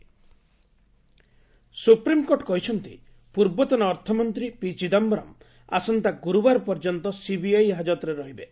SC Chidambaram supreme court କହିଛନ୍ତି ପୂର୍ବତନ ଅର୍ଥମନ୍ତ୍ରୀ ପି ଚିଦାମ୍ଘରମ୍ ଆସନ୍ତା ଗୁରୁବାର ପର୍ଯ୍ୟନ୍ତ ସିବିଆଇ ହାଜତରେ ରହିବେ